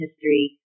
history